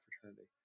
fraternity